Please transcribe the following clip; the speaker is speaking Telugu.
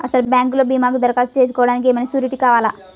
అసలు బ్యాంక్లో భీమాకు దరఖాస్తు చేసుకోవడానికి ఏమయినా సూరీటీ కావాలా?